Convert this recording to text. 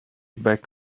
back